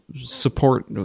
support